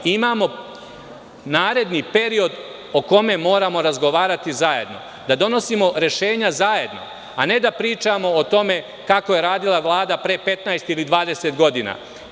Imamo naredni period o kome moramo razgovarati zajedno, da donosimo rešenja zajedno, a ne da pričamo o tome kako je radila Vlada pre 15 ili 20 godina.